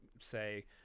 say